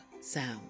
sound